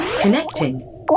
Connecting